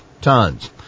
tons